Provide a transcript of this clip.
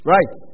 Right